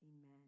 Amen